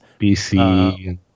BC